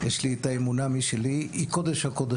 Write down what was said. יש לי את האמונה משלי, אבל היא קודש הקודשים.